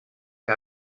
que